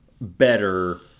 better